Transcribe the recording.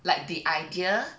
like the idea